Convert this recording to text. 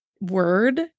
word